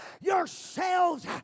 yourselves